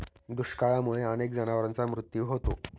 दुष्काळामुळे अनेक जनावरांचा मृत्यू होतो